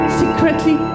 secretly